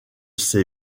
ses